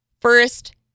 First